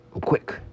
quick